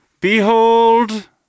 Behold